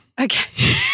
okay